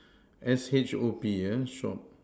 S H O P ah shop